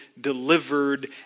delivered